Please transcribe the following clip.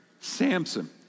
Samson